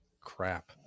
crap